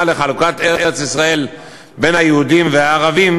לחלוקת ארץ-ישראל בין היהודים והערבים,